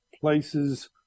places